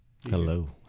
Hello